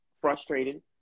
frustrated